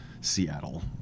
Seattle